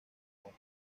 japón